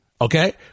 Okay